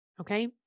Okay